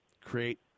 create